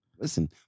listen